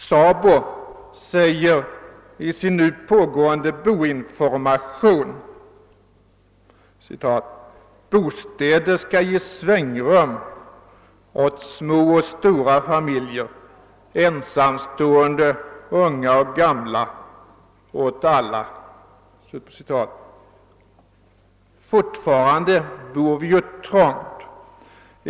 SABO säger i sin nu aktuella boinformation: »Bostäder skall ge svängrum åt små och stora familjer, ensamstående, unga och gamla, åt alla.« Men fortfarande bor vi ju trångt.